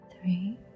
three